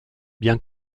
bien